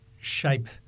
shape